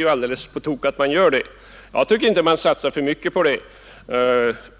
Jag anser inte att man satsar för mycket på dem